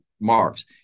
marks